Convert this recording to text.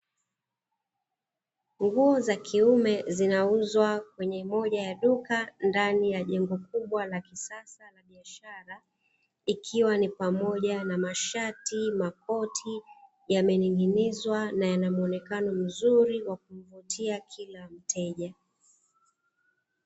Nguo za kiume zinauzwa kwenye moja ya duka ndani ya jengo kubwa la kisasa la biashara, ikiwa ni pamoja na mashati, makoti yamening'inizwa na yanamuonekano mzuri wa kumvutia kila mteja.